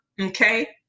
okay